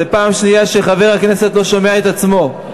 זו פעם שנייה שחבר כנסת לא שומע את עצמו.